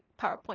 PowerPoint